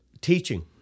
teaching